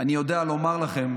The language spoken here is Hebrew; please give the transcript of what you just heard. אני יודע לומר לכם